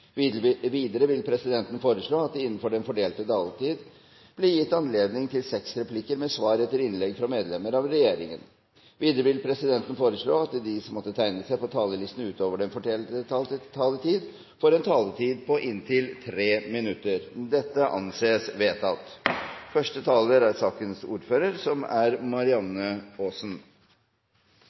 vil presidenten foreslå at det blir gitt anledning til seks replikker med svar etter innlegg fra medlem av regjeringen, innenfor den fordelte taletid. Videre vil presidenten foreslå at de som måtte tegne seg på talerlisten utover den fordelte taletid, får en taletid på inntil 3 minutter. – Det anses vedtatt. Denne lovsaken er en samling av små og store saker som er